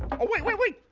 oh wait, wait, wait.